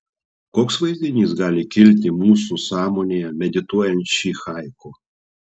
koks vaizdinys gali kilti mūsų sąmonėje medituojant šį haiku